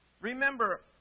Remember